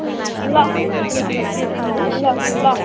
ल ल ल